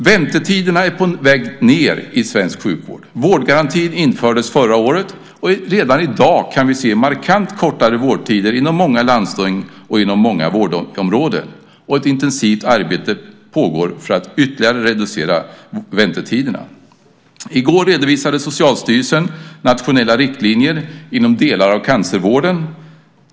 Väntetiderna är på väg ned i svensk sjukvård. Vårdgarantin infördes förra året. Och redan i dag kan vi se markant kortare vårdtider inom många landsting och inom många vårdområden, och ett intensivt arbete pågår för att ytterligare minska väntetiderna. I går redovisade Socialstyrelsen nationella riktlinjer inom delar av cancervården.